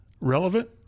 relevant